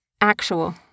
Actual